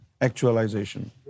actualization